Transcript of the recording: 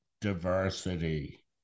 diversity